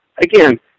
again